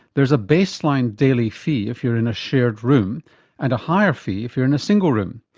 there's a baseline daily fee if you're in a shared room and a higher fee if you're in a single room.